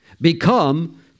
become